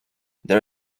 there